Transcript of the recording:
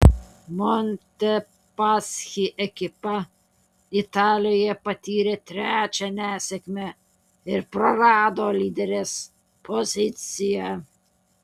montepaschi ekipa italijoje patyrė trečią nesėkmę ir prarado lyderės poziciją